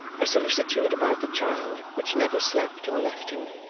a solicitude about the child which never slept or left him.